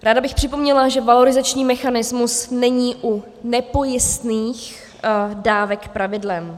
Ráda bych připomněla, že valorizační mechanismus není u nepojistných dávek pravidlem.